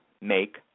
make